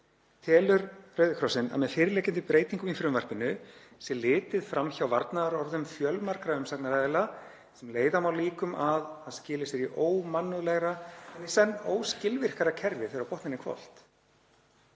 „Telur Rauði krossinn að með fyrirliggjandi breytingum í frumvarpinu sé litið fram hjá varnarorðum fjölmargra umsagnaraðila, sem leiða má líkum að að skili sér í ómannúðlegra en í senn óskilvirkara kerfi þegar á botninn er